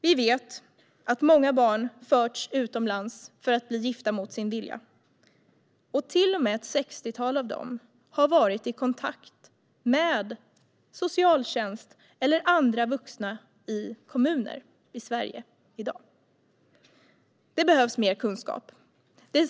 Vi vet att många barn förts utomlands för att bli gifta mot sin vilja, och ett sextiotal av dem har till och med varit i kontakt med socialtjänst eller andra vuxna i kommuner i Sverige i dag. Det behövs mer kunskap.